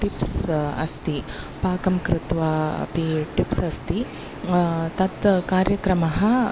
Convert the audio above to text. tips अस्ति पाकं कृत्वा अपि टिप्स् अस्ति तत् कार्यक्रमः